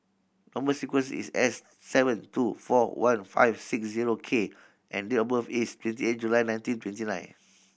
number sequence is S seven two four one five six zero K and date of birth is twenty eight July nineteen twenty nine